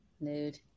Nude